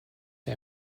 der